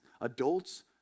adults